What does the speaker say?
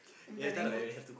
do the